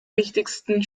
wichtigsten